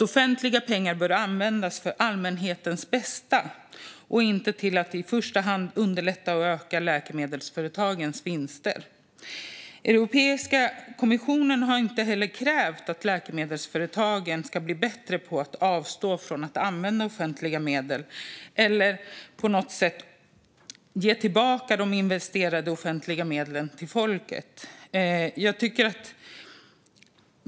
Offentliga pengar bör användas för allmänhetens bästa och inte för att i första hand underlätta och öka läkemedelsföretagens vinster. Europeiska kommissionen har heller inte krävt att läkemedelsföretagen ska bli bättre på att avstå från att använda offentliga medel eller på något sätt ge tillbaka de investerade offentliga medlen till folket.